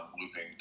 losing